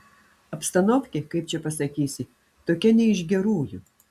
abstanovkė kaip čia pasakysi tokia ne iš gerųjų